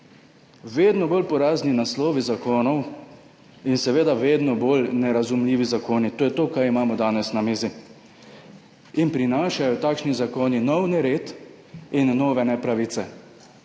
Vedno bolj porazni naslovi zakonov in seveda vedno bolj nerazumljivi zakoni, to je to, kar imamo danes na mizi. Takšni zakoni prinašajo nov nered in nove nepravice.